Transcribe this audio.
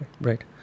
Right